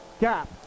gap